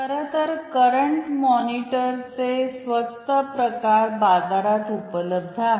खरंतर करंट मॉनिटरचे स्वस्त प्रकार बाजारात उपलब्ध आहेत